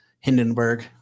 Hindenburg